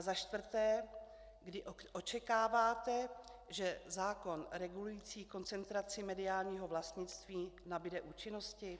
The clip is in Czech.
Za čtvrté, kdy očekáváte, že zákon regulující koncentraci mediálního vlastnictví nabude účinnosti?